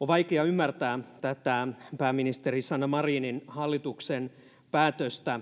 on vaikea ymmärtää tätä pääministeri sanna marinin hallituksen päätöstä